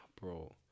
bro